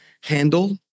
handle